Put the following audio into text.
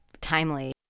timely